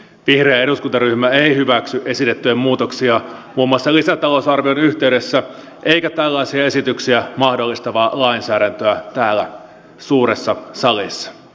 vihreä eduskuntaryhmä ei hyväksy esitettyjä muutoksia muun muassa lisätalousarvion yhteydessä eikä tällaisia esityksiä mahdollistavaa lainsäädäntöä täällä suuressa salissa